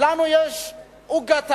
לנו יש עוגה,